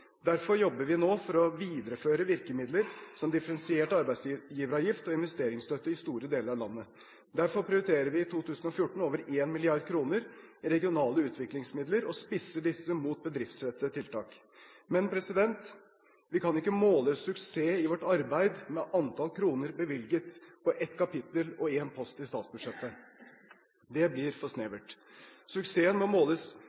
Derfor jobber vi nå for å videreføre virkemidler som differensiert arbeidsgiveravgift og investeringsstøtte i store deler av landet. Derfor prioriterer vi i 2014 over 1 mrd. kr i regionale utviklingsmidler og spisser disse mot bedriftsrettede tiltak. Men vi kan ikke måle suksess i vårt arbeid i antall kroner bevilget på ett kapittel og én post i statsbudsjettet – det blir for snevert. Suksessen må måles